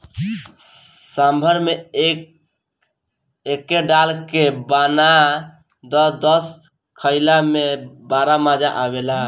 सांभर में एके डाल के बना दअ तअ खाइला में बड़ा मजा आवेला